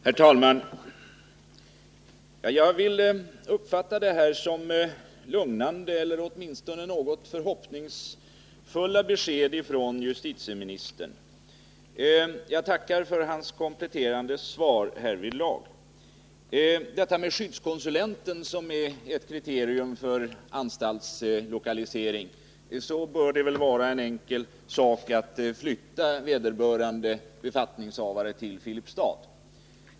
Herr talman! Jag vill uppfatta detta som ett lugnande eller åtminstone förhoppningsfullt besked från justitieministern, och jag tackar för hans kompletterande svar. När det gäller detta med skyddskonsulenten som ett kriterium för anstaltslokaliseringen tycker jag att det borde vara en enkel sak att flytta vederbörande befattningshavare till Filipstad.